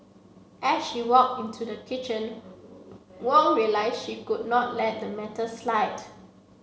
as she walked into the kitchen Wong realised she could not let the matter slide